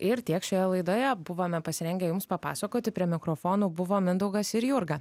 ir tiek šioje laidoje buvome pasirengę jums papasakoti prie mikrofonų buvo mindaugas ir jurga